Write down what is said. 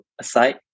aside